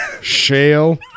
shale